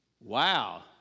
Wow